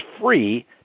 free